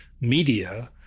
media